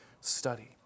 study